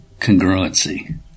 congruency